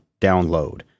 download